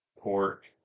pork